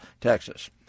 Texas